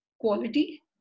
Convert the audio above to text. quality